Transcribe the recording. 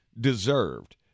deserved